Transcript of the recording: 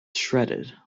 shredded